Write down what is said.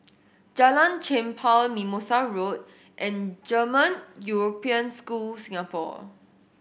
Jalan Chempah Mimosa Road and German European School Singapore